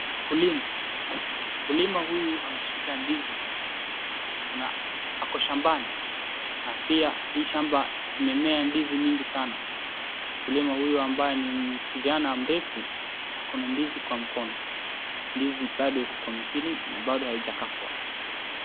Kulima .Mkulima huyu ameshika ndizi, kuna ako shambani, na pia hii shamba imemea ndizi mingi sana. Mkulima huyu ambaye ni kijana mrefu ,akona ndizi kwa mkono ndizi bado iko kwa mtini na bado hijakatwa.